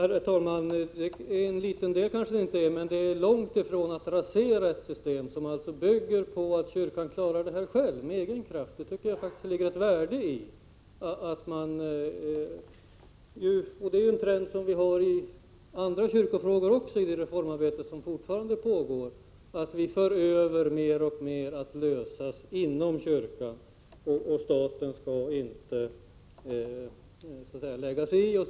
Herr talman! En liten del kanske det inte är, men det är långt ifrån att rasera ett system som bygger på att kyrkan skall klara detta av egen kraft. Det är en trend också i andra kyrkofrågor i det reformarbete som pågår. Kyrkan får själv lösa fler och fler frågor utan att staten lägger sig i och försöker styra.